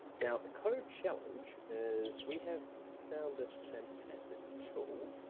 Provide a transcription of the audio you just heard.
now, the code challenge is we have found this fantastic tool